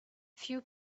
few